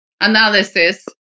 analysis